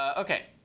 ok,